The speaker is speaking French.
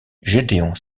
gédéon